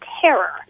terror